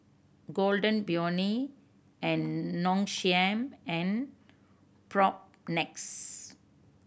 Golden Peony and Nong Shim and Propnex